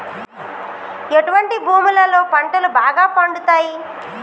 ఎటువంటి భూములలో పంటలు బాగా పండుతయ్?